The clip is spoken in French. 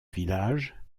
village